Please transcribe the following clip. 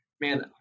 man